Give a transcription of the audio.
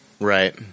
Right